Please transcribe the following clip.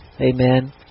Amen